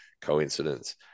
coincidence